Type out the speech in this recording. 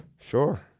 Sure